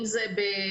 אם זה במיילים,